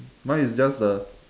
mine is just the